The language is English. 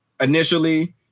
initially